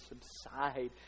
subside